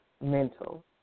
mental